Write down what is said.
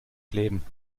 kleben